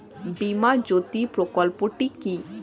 বীমা জ্যোতি প্রকল্পটি কি?